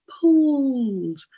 pulled